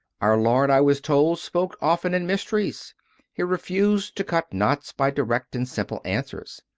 our lord, i was told, spoke often in mysteries he refused to cut knots by direct and simple answers.